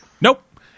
Nope